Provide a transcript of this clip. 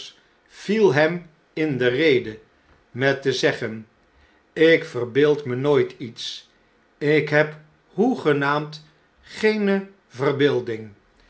viel hem in de rede met te zeggen lk verbeeld me nooit iets ik heb hoegenaamd geene verbeelding